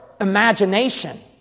imagination